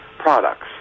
products